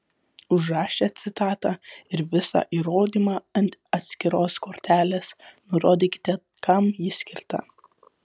užrašę citatą ir visą įrodymą ant atskiros kortelės nurodykite kam ji skirta